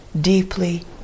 deeply